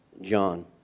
John